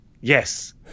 Yes